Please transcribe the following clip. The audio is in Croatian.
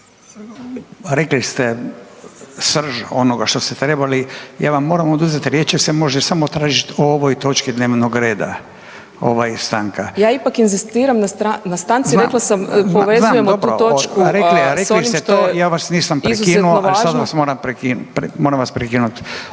rekli ste srž onoga što ste trebali, ja vam moram oduzeti riječ jer se može samo tražiti o ovoj točki dnevnog reda, ovaj stanka. **Peović, Katarina (RF)** Ja ipak inzistira na stanci, rekla sam povezujemo tu točku s onim što … **Radin, Furio